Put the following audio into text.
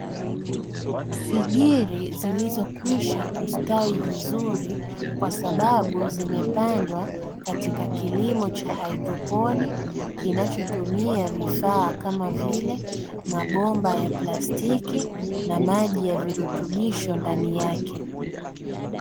Figiri zilizokwisha kustawi vizuri kwa sababu zimepandwa katika kilimo cha haidroponi, kinachotumia vifaa kama vile mabomba ya plastiki na maji ya virutubisho ndani yake.